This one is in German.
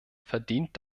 verdient